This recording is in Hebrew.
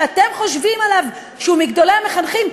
שאתם חושבים עליו שהוא מגדולי המחנכים,